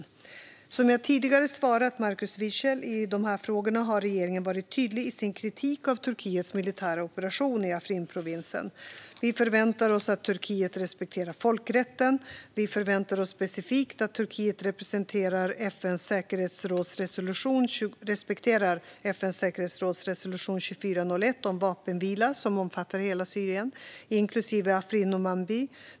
Som jag tidigare svarat Markus Wiechel i de här frågorna har regeringen varit tydlig i sin kritik av Turkiets militära operation i Afrinprovinsen. Vi förväntar oss att Turkiet respekterar folkrätten. Vi förväntar oss specifikt att Turkiet respekterar FN:s säkerhetsrådsresolution 2401 om vapenvila, som omfattar hela Syrien, inklusive Afrin och Manbij.